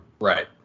Right